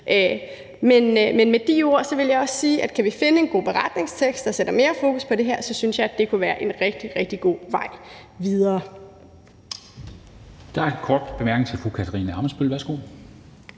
Men med de ord vil jeg også sige, at kan vi finde en god beretningstekst, der sætter mere fokus på det her, synes jeg, det kunne være en rigtig, rigtig god vej videre. Kl. 11:16 Formanden (Henrik Dam Kristensen): En